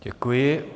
Děkuji.